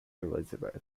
elizabeth